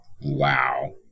wow